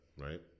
right